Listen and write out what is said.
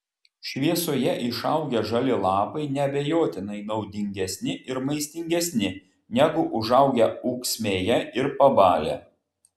šviesoje išaugę žali lapai neabejotinai naudingesni ir maistingesni negu užaugę ūksmėje ir pabalę